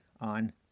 On